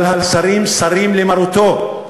אבל השרים סרים למרותו.